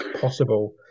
possible